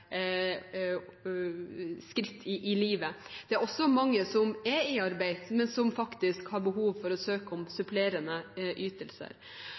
skritt i livet. Det er også mange som er i arbeid, men som faktisk har behov for å søke om supplerende ytelser.